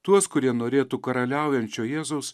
tuos kurie norėtų karaliaujančio jėzaus